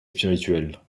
spirituel